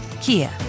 Kia